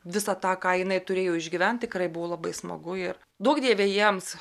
visą tą ką jinai turėjo išgyventi tikrai buvo labai smagu ir duok dieve jiems